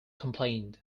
complained